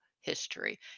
history